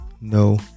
no